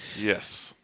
Yes